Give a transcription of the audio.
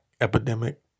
epidemic